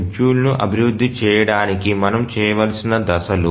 షెడ్యూల్ను అభివృద్ధి చేయడానికి మనం చేయవలసిన దశలు